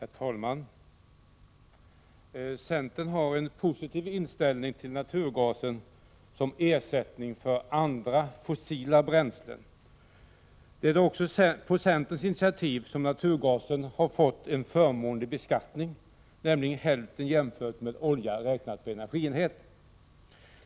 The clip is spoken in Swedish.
Herr talman! Centern har en positiv inställning till naturgasen som ersättning för andra fossila bränslen. Det är också på centerns initiativ som naturgasen har fått en förmånlig beskattning — nämligen hälften jämfört med den för olja, räknat per energienhet.